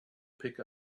pick